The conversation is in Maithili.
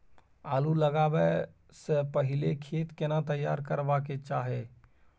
आलू लगाबै स पहिले खेत केना तैयार करबा के चाहय?